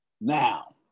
Now